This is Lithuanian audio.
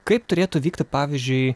kaip turėtų vykti pavyzdžiui